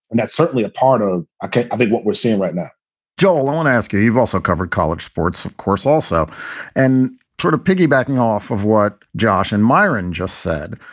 and that's certainly a part of it. i think what we're seeing right now joel, i want to ask you, you've also covered college sports, of course, also and sort of piggy backing off of what josh and myron just said.